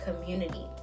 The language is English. community